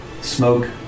smoke